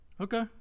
Okay